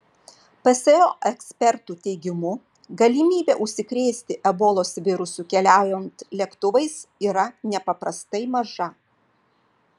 pso ekspertų teigimu galimybė užsikrėsti ebolos virusu keliaujant lėktuvais yra nepaprastai maža